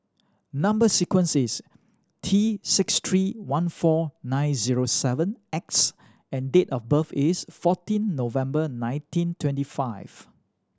number sequence is T six three one four nine zero seven X and date of birth is fourteen November nineteen twenty five